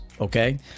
Okay